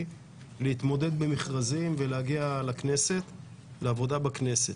להתמודד במכרזים ולהגיע לעבודה בכנסת.